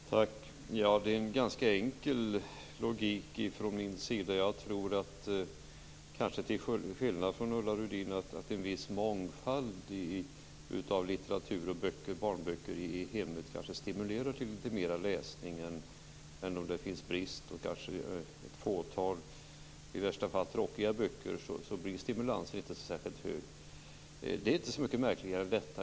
Herr talman! Det är en ganska enkel logik från min sida. Jag tror, kanske till skillnad från Ulla Rudin, att en viss mångfald av litteratur och barnböcker i hemmet stimulerar till mer läsning. Om det råder brist på böcker eller om det finns ett fåtal i värsta fall tråkiga böcker blir stimulansen inte särskilt stor. Det är inte så mycket märkligare än så.